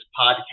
podcast